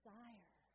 Desire